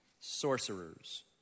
sorcerers